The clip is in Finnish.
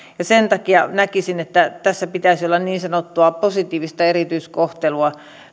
sen takia näkisin että tässä pitäisi olla niin sanottua positiivista erityiskohtelua